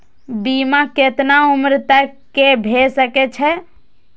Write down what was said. बीमा केतना उम्र तक के भे सके छै?